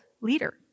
leader